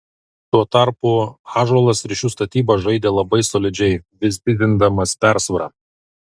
tuo tarpu ąžuolas ryšių statyba žaidė labai solidžiai vis didindamas persvarą